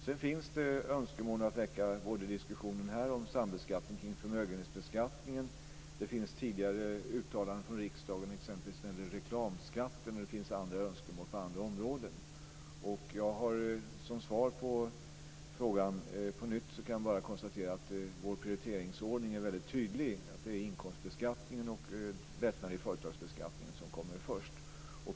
Sedan finns det önskemål om att väcka bl.a. diskussionen här om sambeskattning kring förmögenhetsbeskattningen. Det finns tidigare uttalanden från riksdagen t.ex. när det gäller reklamskatten, och det finns andra önskemål på andra områden. Som svar på frågan kan jag bara på nytt konstatera att vår prioriteringsordning är väldigt tydlig: Det är inkomstbeskattningen och lättnader i företagsbeskattningen som kommer först.